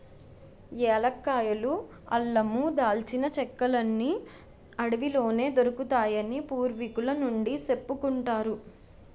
ఏలక్కాయలు, అల్లమూ, దాల్చిన చెక్కలన్నీ అడవిలోనే దొరుకుతాయని పూర్వికుల నుండీ సెప్పుకుంటారు